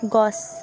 গছ